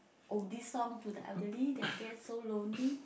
oldies songs to the elderly they are there so lonely